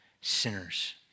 sinners